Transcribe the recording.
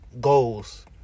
Goals